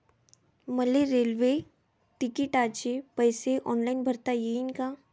मले रेल्वे तिकिटाचे पैसे ऑनलाईन भरता येईन का?